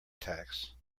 tax